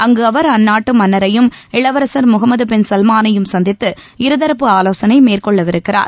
அங்கு அவர் அந்நாட்டு மன்னரையும் இளவரன் முகமது பின் சல்மாளையும் சந்தித்து இருதாப்பு ஆலோசனை மேற்கொள்ளவிருக்கிறார்